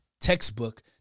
textbook